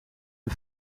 een